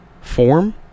form